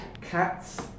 Cats